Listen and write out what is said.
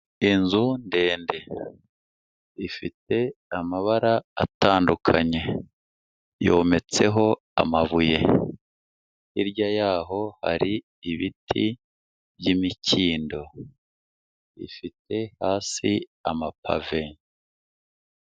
Inzu ndende ifite amabara atandukanye, yometseho amabuye, hirya yho hari ibiti by'imikindo, ifite hasi amapave.